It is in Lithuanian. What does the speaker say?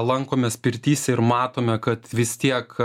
lankomės pirtyse ir matome kad vis tiek